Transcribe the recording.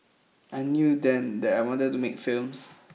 I knew then that I wanted to make films